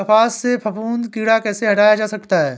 कपास से फफूंदी कीड़ा कैसे हटाया जा सकता है?